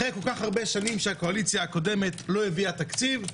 אחרי כל כך הרבה שנים שהקואליציה הקודמת לא הביאה תקציב,